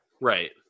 Right